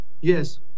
yes